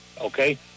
Okay